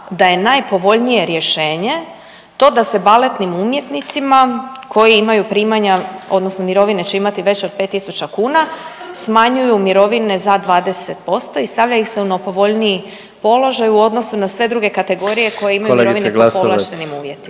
da je najpovoljnije rješenje to da se baletnim umjetnicima koji imaju primanja odnosno mirovine će imati veće od 5.000 kuna smanjuju mirovine za 20% i stavlja ih se u nepovoljniji položaj u odnosu na sve druge kategorije koje imaju …/Upadica predsjednik: Kolegice